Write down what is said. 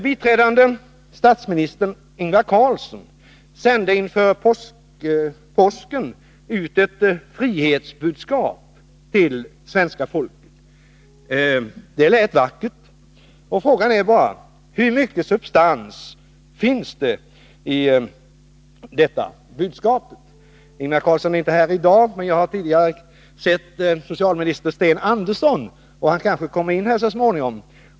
Biträdande statsminister Ingvar Carlsson sände inför påsken ut ett frihetsbudskap till svenska folket. Det lät vackert. Men frågan är bara: Hur mycket av substans finns det i budskapet? Ingvar Carlsson är inte här i dag. Men jag har tidigare i dag sett socialminister Sten Andersson. Kanske kommer han in i kammaren så småningom.